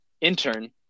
intern